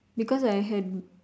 because I had